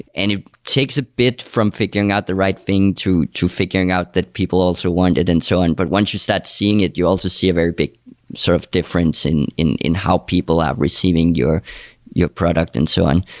and it takes a bit from figuring out the right thing to to figuring out that people also want it and so on. but once you start seeing it, you also see a very big sort of difference in in how people are receiving your your product and so on.